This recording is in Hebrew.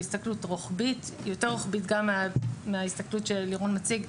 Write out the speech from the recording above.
בהסתכלות רוחבית יותר מההסתכלות שלירון מציג,